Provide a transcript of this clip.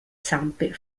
zampe